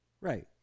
Right